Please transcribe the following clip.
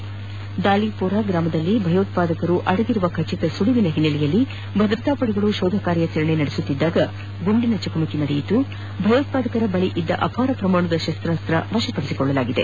ಜಿಲ್ಲೆಯ ದಾಲಿಪೋರಾ ಗ್ರಾಮದಲ್ಲಿ ಭಯೋತ್ಪಾದಕರು ಅಡಗಿರುವ ಖಚಿತ ಮಾಹಿತಿ ಹಿನ್ನೆಲೆಯಲ್ಲಿ ಭದ್ರತಾ ಪಡೆಗಳು ಶೋಧ ಕಾರ್ಯಾಚರಣೆ ನಡೆಸುತ್ತಿದ್ದ ವೇಳೆ ಗುಂಡಿನ ಚಕಮಕಿ ನಡೆದಿದ್ದು ಭಯೋತ್ಪಾದಕರ ಬಳಿ ಇದ್ದ ಅಪಾರ ಪ್ರಮಾಣದ ಶಸ್ತ್ರಾಸ್ತ್ರಗಳನ್ನು ವಶಪದಿಸಿಕೊಳ್ಳಲಾಗಿದೆ